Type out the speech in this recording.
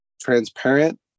transparent